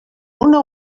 una